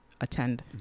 attend